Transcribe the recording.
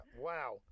Wow